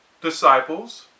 disciples